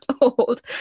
old